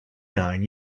nine